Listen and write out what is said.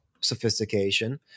sophistication